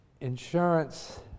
insurance